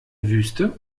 wüste